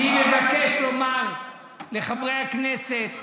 אני מבקש לומר לחברי הכנסת,